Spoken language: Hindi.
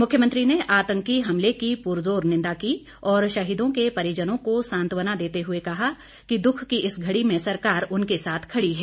मुख्यमंत्री ने आतंकी हमले की पुरजोर निंदा की और शहीदों के परिजनों को सांत्वना देते हुए कहा कि दुख की इस घड़ी में सरकार उनके साथ खड़ी है